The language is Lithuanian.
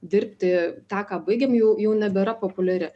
dirbti tą ką baigėm jau jau nebėra populiari